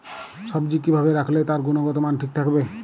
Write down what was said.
সবজি কি ভাবে রাখলে তার গুনগতমান ঠিক থাকবে?